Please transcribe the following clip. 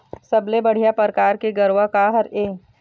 सबले बढ़िया परकार के गरवा का हर ये?